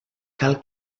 cal